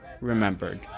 remembered